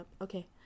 Okay